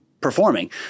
performing